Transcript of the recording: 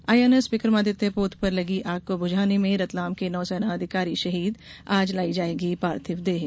INS Vikramaditya पोत पर लगी आग को बुझाने में रतलाम के नौसेना अधिकारी शहीद आज लाई जायेगी पार्थिव देह